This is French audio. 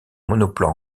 monoplan